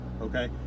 okay